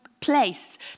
place